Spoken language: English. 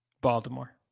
Baltimore